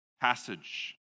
passage